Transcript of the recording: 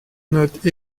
note